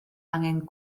angen